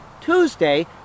tuesday